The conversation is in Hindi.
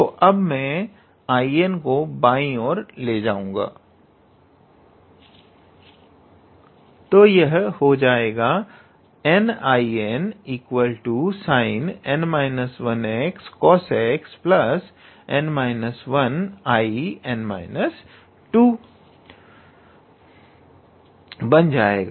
तो अब मैं 𝐼𝑛 को बाईं और ले आऊंगा तो यह होजाएगा 𝑛𝐼𝑛 𝑠𝑖𝑛𝑛−1𝑥𝑐𝑜𝑠𝑥 𝑛 − 1I𝑛−2 बन जाएगा